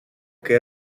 que